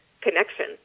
connection